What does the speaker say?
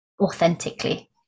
authentically